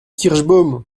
kirschbaum